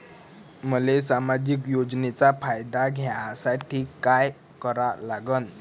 मले सामाजिक योजनेचा फायदा घ्यासाठी काय करा लागन?